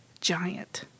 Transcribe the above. Giant